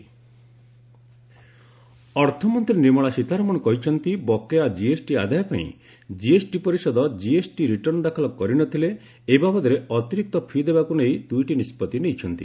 GST Sitharaman ଅର୍ଥମନ୍ତ୍ରୀ ନିର୍ମଳା ସୀତାରମଣ କହିଛନ୍ତି ବକେୟା କିଏସ୍ଟି ଆଦାୟପାଇଁ ଜିଏସ୍ଟି ପରିଷଦ ଜିଏସ୍ଟି ରିଟର୍ଣ୍ଣ ଦାଖଲ କରି ନ ଥିଲେ ଏ ବାବଦରେ ଅତିରିକ୍ତ ଫି' ଦେବାକୁ ନେଇ ଦୁଇଟି ନିଷ୍ପଭି ନେଇଛନ୍ତି